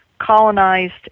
colonized